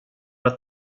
att